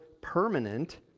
permanent